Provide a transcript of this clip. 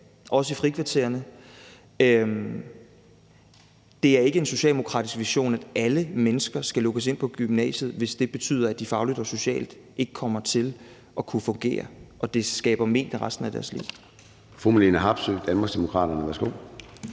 også i frikvartererne. Det er ikke en socialdemokratisk vision, at alle mennesker skal lukkes ind på gymnasiet, hvis det betyder, at de fagligt og socialt ikke kommer til at kunne fungere, og at det giver dem men resten af deres liv.